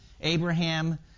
Abraham